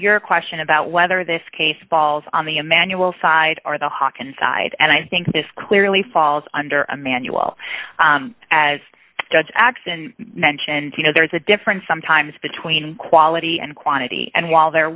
your question about whether this case falls on the emanuel side or the hockin side and i think this clearly falls under emanuel as judge x and mentioned you know there is a difference sometimes between quality and quantity and while there